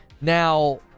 Now